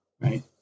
right